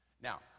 Now